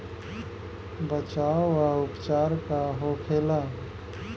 बचाव व उपचार का होखेला?